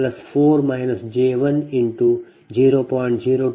02j0